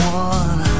one